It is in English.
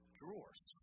drawers